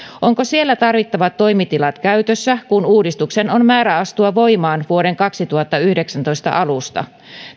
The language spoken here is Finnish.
onko siellä tarvittavat toimitilat käytössä kun uudistuksen on määrä astua voimaan vuoden kaksituhattayhdeksäntoista alusta